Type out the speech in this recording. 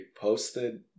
posted